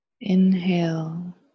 Inhale